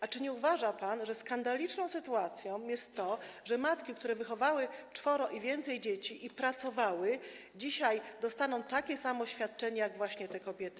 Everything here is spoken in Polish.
A czy nie uważa pan, że skandaliczną sytuacją jest to, że matki, które wychowały czworo i więcej dzieci i pracowały, dzisiaj dostaną takie samo świadczenie jak te kobiety?